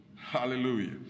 Hallelujah